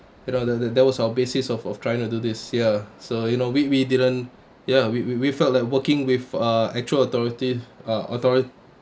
you know that that was our basis of of trying to do this ya so you know we we didn't ya we we we felt like working with uh actual authority uh